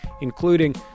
including